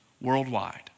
Worldwide